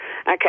Okay